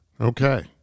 okay